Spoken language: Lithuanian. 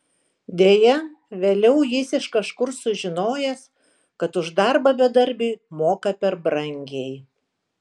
deja vėliau jis iš kažkur sužinojęs kad už darbą bedarbiui moka per brangiai